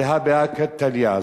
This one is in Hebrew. זה הא בהא תליא.